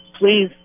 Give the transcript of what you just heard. please